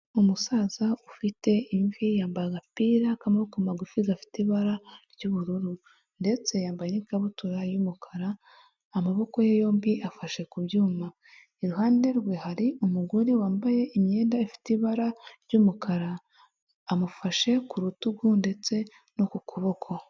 Umusaza ufite imvi yambaye agapira k'amaboko magufi gafite ibara ry'ubururu, ndetse yambaye n'ikabutura y'umukara, amaboko ye yombi afashe ku byuma, iruhande rwe hari umugore wambaye imyenda ifite ibara ry'umukara, amufashe ku rutugu ndetse no ku kuboko.